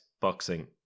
boxing